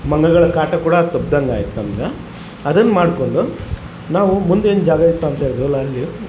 ಮಂಗಗಳ ಕಾಟ ಕೂಡ ತಪ್ದಂಗೆ ಆಯ್ತು ನಮ್ದು ಅದನ್ನು ಮಾಡಿಕೊಂಡು ನಾವು ಮುಂದೇನು ಜಾಗ ಇತ್ತು ಅಂತಹೇಳಿದ್ರಲ ಅಲ್ಲಿ